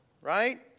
right